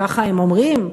ממה שהם אומרים,